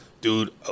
Dude